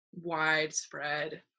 widespread